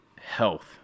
health